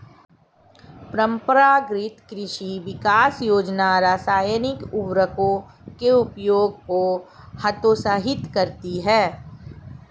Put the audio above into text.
परम्परागत कृषि विकास योजना रासायनिक उर्वरकों के उपयोग को हतोत्साहित करती है